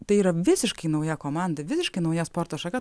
tai yra visiškai nauja komanda visiškai nauja sporto šaka